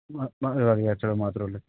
തടിയുടെ കച്ചവടം മാത്രമേ ഉള്ളു